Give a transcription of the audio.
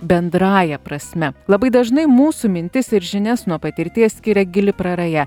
bendrąja prasme labai dažnai mūsų mintis ir žinias nuo patirties skiria gili praraja